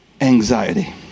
anxiety